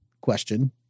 question